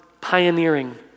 pioneering